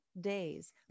days